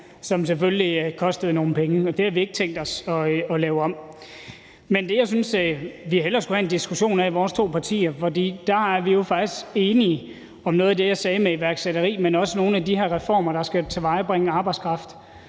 som selvfølgelig kostede nogle penge, og det har vi ikke tænkt os at lave om på. Men det, jeg synes vores to partier hellere skulle have en diskussion af – for der er vi jo faktisk enige – er om noget af det, jeg sagde om iværksætteri, men også om nogle af de her reformer, der skal tilvejebringe arbejdskraft.